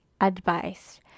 advice